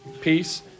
peace